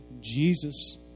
Jesus